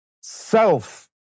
self